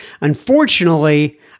Unfortunately